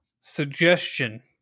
Suggestion